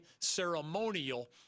ceremonial